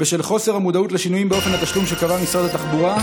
בשל חוסר המודעות לשינויים באופן התשלום שקבע משרד התחבורה.